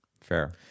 Fair